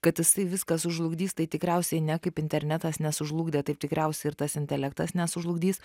kad jisai viską sužlugdys tai tikriausiai ne kaip internetas nesužlugdė taip tikriausiai ir tas intelektas nesužlugdys